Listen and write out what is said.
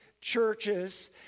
churches